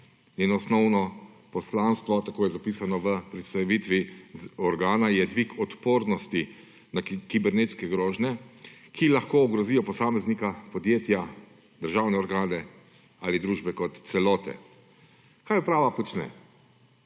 Njeno osnovno poslanstvo – tako je zapisano v predstavitvi organa – je dvig odpornosti na kibernetske grožnje, ki lahko ogrozijo posameznike, podjetja, državne organe ali družbe kot celote. Kaj uprava počne: